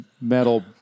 metal